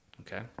Okay